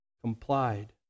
complied